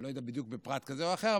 אני לא יודע בדיוק פרט כזה או אחר,